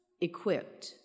equipped